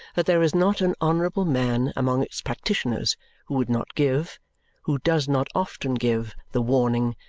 that there is not an honourable man among its practitioners who would not give who does not often give the warning,